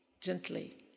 gently